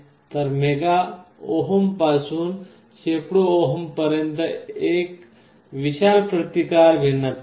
तर मेगा ओहमपासून शेकडो ओहम पर्यंत एक विशाल प्रतिकार भिन्नता आहे